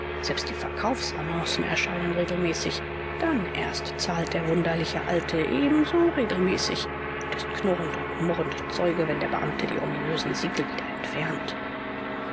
selbst die verkaufsannoncen erscheinen regelmäßig dann erst zahlt der wunderliche alte ebenso regelmäßig und ist knurrend und murrend zeuge wenn der beamte die ominösen siegel wieder entfernt